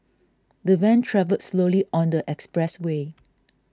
the van travelled slowly on the expressway